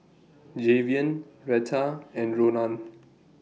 Jayvion Retta and Ronan